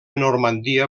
normandia